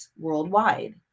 worldwide